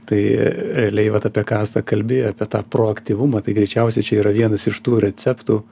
tai realiai vat apie ką asta kalbi apie tą proaktyvumą tai greičiausiai čia yra vienas iš tų receptų